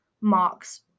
marks